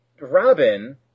Robin